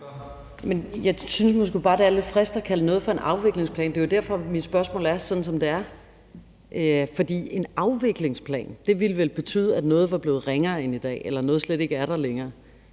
Jeg synes måske bare, det er lidt friskt at kalde noget for en afviklingsplan. Det er jo derfor, mit spørgsmål er sådan, som det er. For en afviklingsplan ville vel betyde, at noget var blevet ringere end i dag, eller at noget slet ikke er der længere.